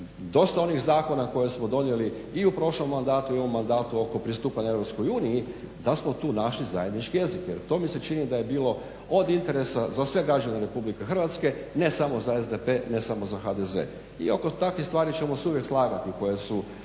dosta onih zakona koje smo donijeli i u prošlom i u ovom mandatu, oko pristupanja Europskoj uniji da smo tu našli zajednički jezik jer to mi se čini da je bilo od interesa za sve građane Republike Hrvatske, ne samo za SDP, ne samo za HDZ. I oko takvih stvari ćemo se uvijek slagati, koje su